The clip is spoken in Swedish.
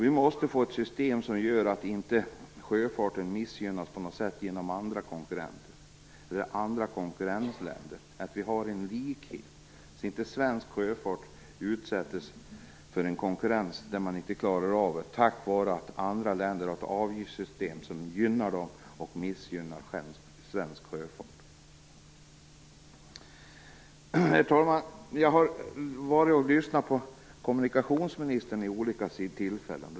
Vi måste få ett system som gör att sjöfarten inte missgynnas på något sätt av andra konkurrenter eller konkurrerande länder. Vi måste ha en likhet, så att inte svensk sjöfart utsätts för en konkurrens som man inte klarar av tack vare att andra länder har ett avgiftssystem som gynnar dem och missgynnar svensk sjöfart. Herr talman! Jag har varit och lyssnat på kommunikationsministern vid olika tillfällen.